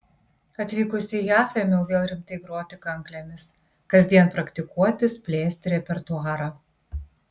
atvykusi į jav ėmiau vėl rimtai groti kanklėmis kasdien praktikuotis plėsti repertuarą